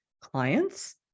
clients